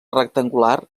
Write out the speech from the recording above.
rectangular